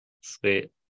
Sweet